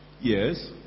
Yes